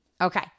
Okay